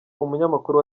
umunyamakuru